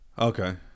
Okay